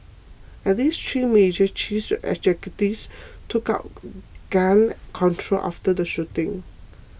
at least three major chief executives took gun control after the shooting